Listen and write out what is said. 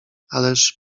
ależ